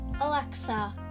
Alexa